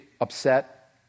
upset